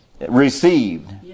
received